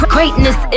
Greatness